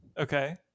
Okay